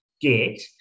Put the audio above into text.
get